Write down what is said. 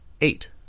eight